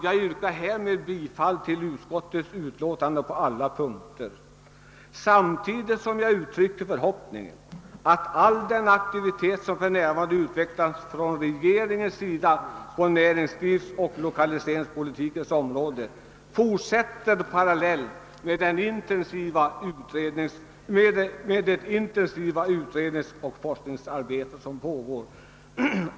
Jag yrkar härmed bifall till utskottets förslag på alla punkter samtidigt som jag uttrycker förhoppningen att all den aktivitet som för närvarande utvecklas från regeringens sida på näringsoch lokaliseringspolitikens område fortsätter parallellt med det intensiva utredningsoch forskningsarbete som pågår.